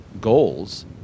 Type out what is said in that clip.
goals